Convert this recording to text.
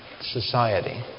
society